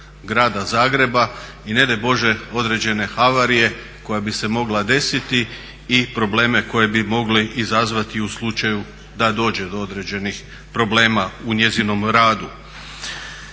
grada Zagreba i ne daj Bože određene havarije koja bi se mogla desiti i probleme koje bi mogla izazvati u slučaju da dođe do određenih problema u njezinom radu.